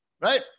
right